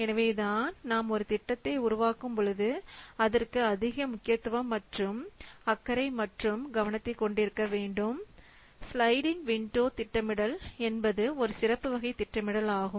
எனவேதான் நாம் ஒரு திட்டத்தை உருவாக்கும் பொழுது அதற்கு அதிக முக்கியத்துவம் மற்றும் அக்கறை மற்றும் கவனத்தை கொண்டிருக்க வேண்டும்' ஸ்லைடிங் விண்டோ திட்டமிடுதல் என்பது ஒரு சிறப்பு வகை திட்டமிடல் ஆகும்